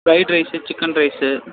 fried rice chicken rice